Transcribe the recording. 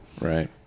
Right